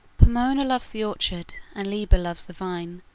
pomona loves the orchard, and liber loves the vine,